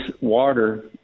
water